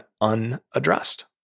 unaddressed